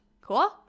Cool